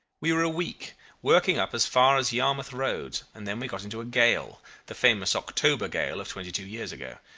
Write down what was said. we were a week working up as far as yarmouth roads, and then we got into a gale the famous october gale of twenty-two years ago.